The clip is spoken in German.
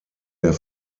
der